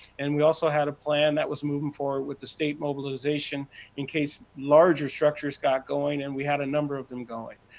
and we had a plan that was moving forward with the state mobilization in case larger structures got going, and we had a number of them going.